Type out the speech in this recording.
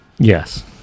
Yes